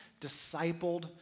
discipled